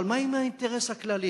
אבל מה עם האינטרס הכללי?